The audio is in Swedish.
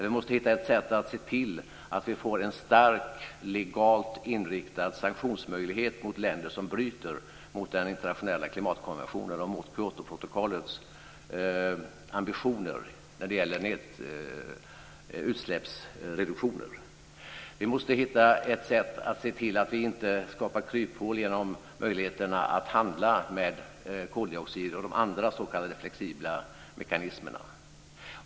Vi måste hitta ett sätt att se till att vi får en stark legalt inriktad sanktionsmöjlighet mot länder som bryter mot den internationella klimatkonventionen och mot Kyotoprotokollets ambitioner när det gäller utsläppsreduktioner. Vi måste hitta ett sätt att se till att vi inte skapar kryphål genom möjligheterna att handla med koldioxid och de andra s.k. flexibla mekanismerna.